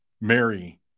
Mary